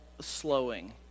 slowing